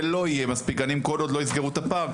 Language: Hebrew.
ולא יהיו מספיק גנים כל עוד לא יסגרו את הפער,